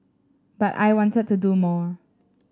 but I wanted to do more